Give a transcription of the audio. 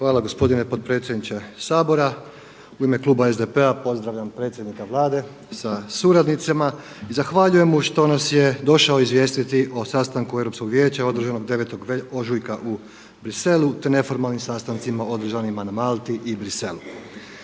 Hvala gospodine potpredsjedniče Sabora. U ime kluba SDP-a pozdravljam predsjednika Vlade sa suradnicima i zahvaljujem mu što nas je došao izvijestiti o sastanku Europskog vijeća održanog 9. ožujka u Bruxellesu te neformalnim sastancima održanim na Malti i Bruxellesu.